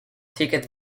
ticket